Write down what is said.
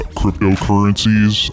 cryptocurrencies